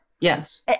Yes